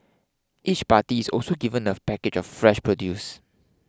each party is also given a package of fresh produce